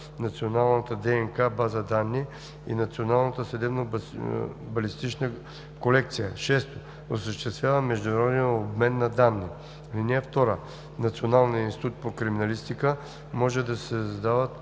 Националната ДНК база данни и Националната съдебно-балистична колекция; 6. осъществява международен обмен на данни. (2) В Националния институт по криминалистика може да се създават